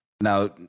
Now